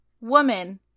woman